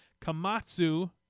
Kamatsu